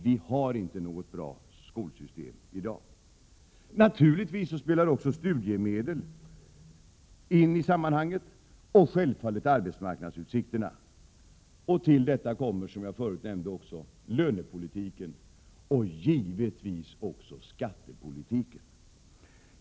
Vi har inte något bra skolsystem i dag. Naturligtvis spelar studiemedlen och självfallet även arbetsmarknadsutsikterna in i sammanhanget. Till detta kommer, som jag sade förut, lönepoliti Prot. 1987/88:130 ken och givetvis också skattepolitiken.